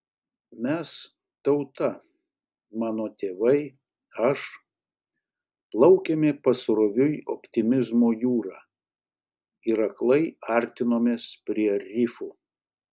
mes tauta mano tėvai aš plaukėme pasroviui optimizmo jūra ir aklai artinomės prie rifų